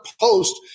post